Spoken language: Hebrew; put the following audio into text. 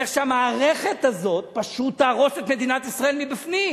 איך שהמערכת הזאת פשוט תהרוס את מדינת ישראל מבפנים.